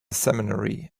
seminary